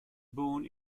born